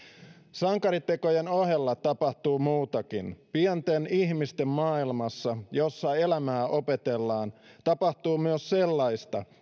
sankaritekojen ohella tapahtuu muutakin pienten ihmisten maailmassa jossa elämää opetellaan tapahtuu myös sellaista